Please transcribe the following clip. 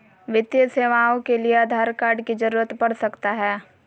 वित्तीय सेवाओं के लिए आधार कार्ड की जरूरत पड़ सकता है?